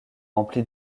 rempli